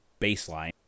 baseline